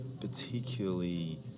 particularly